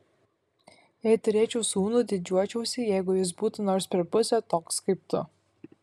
jei turėčiau sūnų didžiuočiausi jeigu jis būtų nors per pusę toks kaip tu